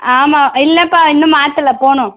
ஆமாம் இல்லைப்பா இன்னும் மாற்றல போகணும்